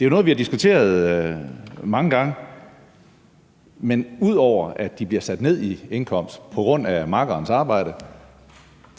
Det er noget, vi har diskuteret mange gange. Men udover at de bliver sat ned i indkomst på grund af makkerens arbejde,